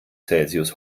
celsius